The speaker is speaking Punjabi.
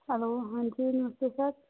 ਹੈਲੋ ਹਾਂਜੀ ਨਮਸਤੇ ਸਰ